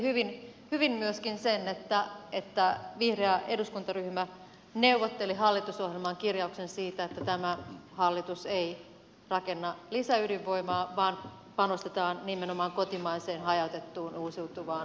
tiedätte hyvin myöskin sen että vihreä eduskuntaryhmä neuvotteli hallitusohjelmaan kirjauksen siitä että tämä hallitus ei rakenna lisäydinvoimaa vaan panostetaan nimenomaan kotimaiseen hajautettuun uusiutuvaan energiaan